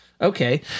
okay